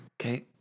Okay